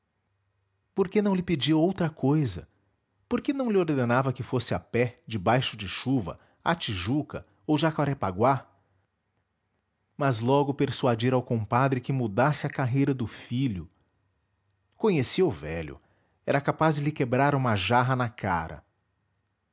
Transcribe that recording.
que lhe não pedia outra cousa por que lhe não ordenava que fosse a pé debaixo de chuva à tijuca ou jacarepaguá mas logo persuadir ao compadre que mudasse a carreira do filho conhecia o velho era capaz de lhe quebrar uma jarra na cara